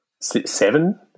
Seven